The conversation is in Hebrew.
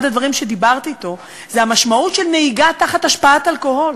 אחד הדברים שדיברתי אתו עליהם זה המשמעות של נהיגה תחת השפעת אלכוהול.